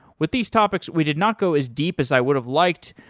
with these topics, we did not go as deep as i would've liked,